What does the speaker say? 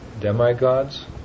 demigods